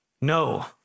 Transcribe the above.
No